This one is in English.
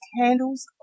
candles